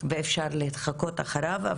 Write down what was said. ואפשר להתחקות אחריו.